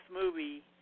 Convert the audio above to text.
movie